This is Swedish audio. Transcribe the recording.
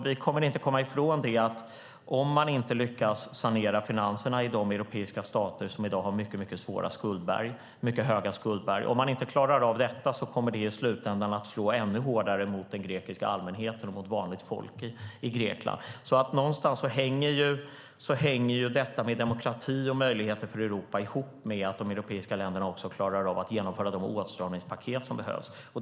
Vi kommer inte att kunna komma ifrån att om man inte lyckas sanera finanserna i de europeiska stater som i dag har mycket höga skuldberg kommer det i slutändan att slå ännu hårdare mot den grekiska allmänheten och mot vanligt folk i Grekland. Någonstans hänger detta med demokrati och möjligheter för Europa ihop med att de europeiska länderna klarar av att genomföra de åtstramningspaket som behövs.